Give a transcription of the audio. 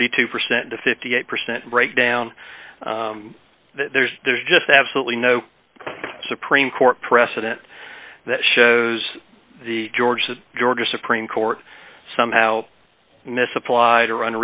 forty two percent to fifty eight percent breakdown there's there's just absolutely no supreme court precedent that shows the george the georgia supreme court somehow misapplied or